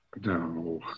No